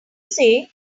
say